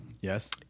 Yes